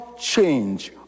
change